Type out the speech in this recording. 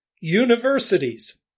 Universities